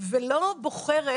ולא בוחרת,